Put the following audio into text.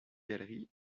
galerie